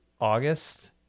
August